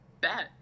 bet